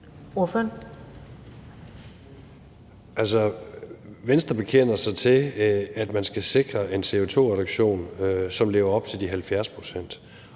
(V): Venstre bekender sig til, at man skal sikre en CO2-reduktion, som lever op til de 70 pct.,